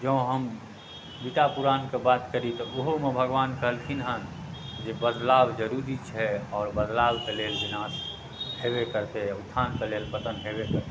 जँऽ हम गीता पुराणके बात करी तऽ ओहूमे भगवान कहलखिन हेँ जे बदलाव जरूरी छै आओर बदलावके लेल विनाश हेबै करतै उत्थानके लेल पतन हेबै करतै